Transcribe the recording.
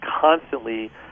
constantly